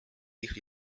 ich